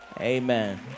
Amen